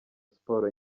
siporo